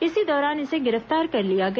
इसी दौरान इसे गिरफ्तार कर लिया गया